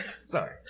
Sorry